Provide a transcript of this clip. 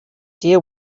deal